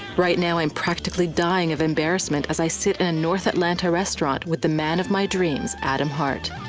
right now i'm practically dying of embarrassment as i sit in a north atlanta restaurant with the man of my dreams, adam hart.